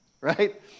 Right